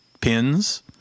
pins